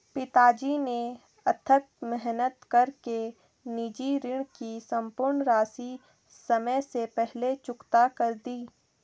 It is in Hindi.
पिताजी ने अथक मेहनत कर के निजी ऋण की सम्पूर्ण राशि समय से पहले चुकता कर दी